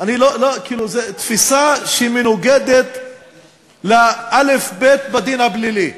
כאילו זו תפיסה שמנוגדת לאלף-בית בדין הפלילי.